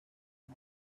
sky